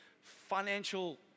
financial